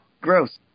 Gross